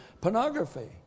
pornography